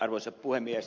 arvoisa puhemies